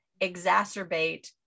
exacerbate